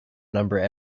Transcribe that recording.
number